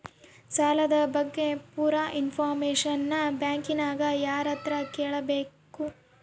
ಸಾಲದ ಬಗ್ಗೆ ಪೂರ ಇಂಫಾರ್ಮೇಷನ ಬ್ಯಾಂಕಿನ್ಯಾಗ ಯಾರತ್ರ ಕೇಳಬೇಕು?